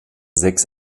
sechs